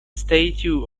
statue